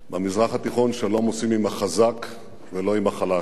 במזרח התיכון שלום עושים עם החזק, ולא עם החלש.